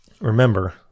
Remember